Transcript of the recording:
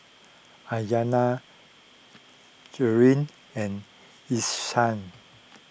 Aryanna Jeanine and Esau